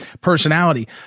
personality